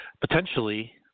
potentially